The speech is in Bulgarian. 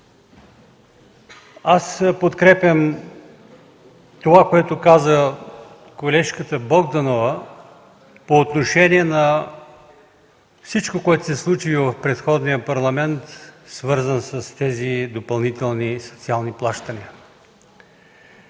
Аз подкрепям това, което каза колежката Богданова по отношение на всичко, което се случи в предходния парламент, свързано с тези допълнителни социални плащания.